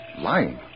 Lying